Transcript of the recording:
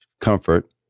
comfort